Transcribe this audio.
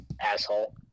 asshole